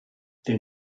the